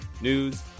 news